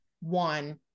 one